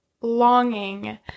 longing